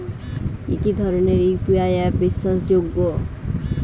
কি কি ধরনের ইউ.পি.আই অ্যাপ বিশ্বাসযোগ্য?